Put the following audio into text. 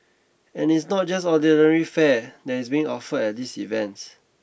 and it is not just ordinary fare that is being offered at these events